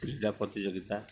କ୍ରୀଡ଼ା ପ୍ରତିଯୋଗିତା